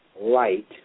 Light